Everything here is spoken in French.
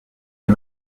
des